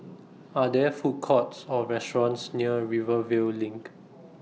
Are There Food Courts Or restaurants near Rivervale LINK